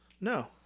No